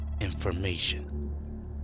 information